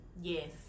Yes